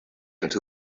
into